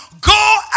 go